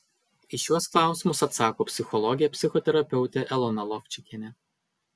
į šiuos klausimus atsako psichologė psichoterapeutė elona lovčikienė